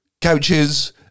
couches